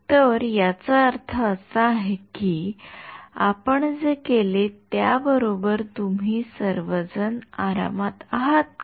तर याचा अर्थ असा आहे की आपण जे केले त्याबरोबर तुम्ही सर्वजण आरामात आहात का